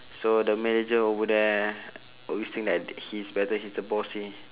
so the manager over there always think that he's better he's the boss he